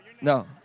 no